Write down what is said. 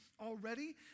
already